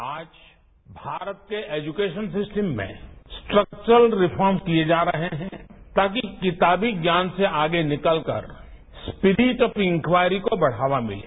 आज भारत के education system में स्ट्रक्वर्ड रिफॉर्म किए जा रहे है ताकि किताबी ज्ञान से आगे निकलकर स्पिरिट ऑफ इंक्वारी को बढ़ावा मिले